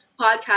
podcast